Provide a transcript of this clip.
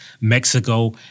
Mexico